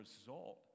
result